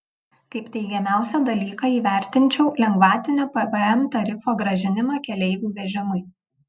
kaip teigiamiausią dalyką įvertinčiau lengvatinio pvm tarifo grąžinimą keleivių vežimui